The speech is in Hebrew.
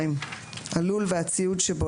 הלול והציוד שבו,